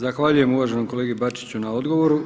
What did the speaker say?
Zahvaljujem uvaženom kolegi Bačiću na odgovoru.